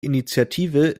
initiative